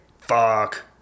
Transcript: fuck